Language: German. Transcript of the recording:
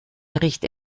bericht